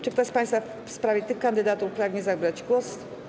Czy ktoś z państwa w sprawie tych kandydatów pragnie zabrać głos?